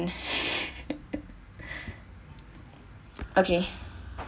okay